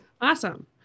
Awesome